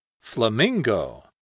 Flamingo